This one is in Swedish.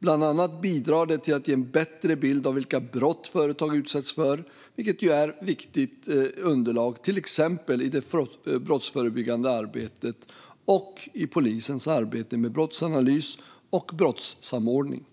Bland annat bidrar det till att ge en bättre bild av vilka brott företag utsätts för, vilket är ett viktigt underlag till exempel i det brottsförebyggande arbetet och i polisens arbete med brottsanalys och brottssamordning.